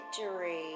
Victory